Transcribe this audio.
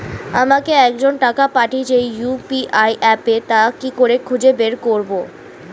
একজন আমাকে টাকা পাঠিয়েছে ইউ.পি.আই অ্যাপে তা কি করে খুঁজে বার করব?